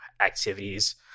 activities